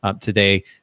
Today